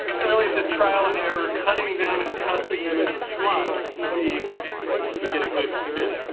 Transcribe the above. and really it's just trial and error cutting them and testing them in the slots to see if you get a good fit.